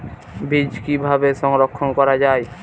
বীজ কিভাবে সংরক্ষণ করা যায়?